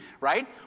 right